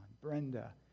Brenda